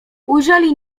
ujrzeli